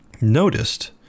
noticed